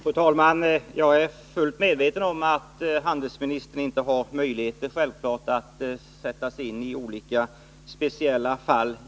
Fru talman! Jag är fullt medveten om att handelsministern självfallet inte har möjligheter att sätta sig in i alla speciella fall.